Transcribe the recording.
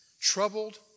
troubled